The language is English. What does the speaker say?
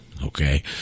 Okay